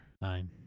nine